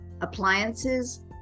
Appliances